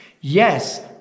Yes